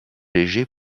léger